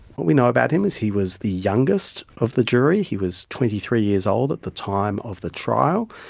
what we know about him was he was the youngest of the jury. he was twenty three years old at the time of the trial,